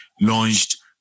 launched